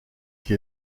qui